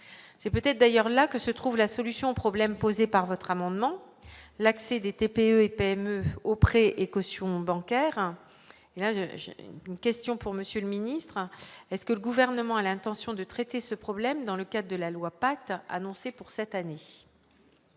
c'est peut-être d'ailleurs là que se trouve la solution au problème posé par votre amendement l'accès des TPE et PME auprès et caution bancaire et là je j'ai une question pour monsieur le ministre est-ce que le gouvernement a l'intention de traiter ce problème dans le cas de la loi pacte annoncé pour cette année.